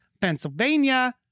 Pennsylvania